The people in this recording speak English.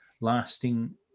lasting